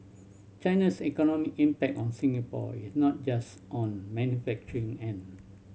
China's economic impact on Singapore is not just on manufacturing end